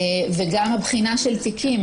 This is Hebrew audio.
וגם הבחינה של תיקים,